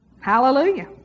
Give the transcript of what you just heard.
hallelujah